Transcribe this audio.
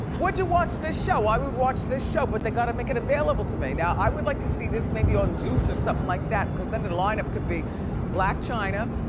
would you watch this show? i would watch this show but they gotta make it available to me. now i would like to see this maybe on zeus or something like that cause then the lineup could be blac chyna,